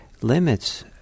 limits